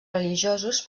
religiosos